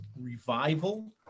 revival